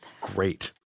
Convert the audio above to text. Great